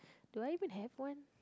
do I even have one